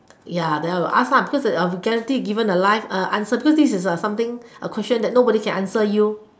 ya then I will ask because guarantee given a life answer so this is something a question nobody can answer you